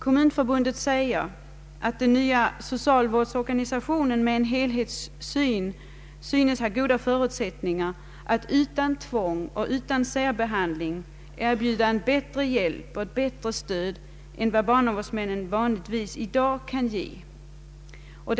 Kommunförbundet säger att den nya socialvårdsorganisationen med tillämpning av helhetssynen i ärendebehandlingen kommer att ha goda förutsättningar för att utan tvång och särbehandling erbjuda bättre hjälp och stöd än vad barnavårdsmannainstitutionen vanligtvis i dag ger.